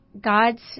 God's